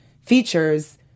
features